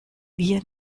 wir